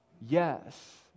Yes